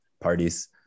parties